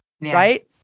right